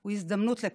הוא הזדמנות לכך.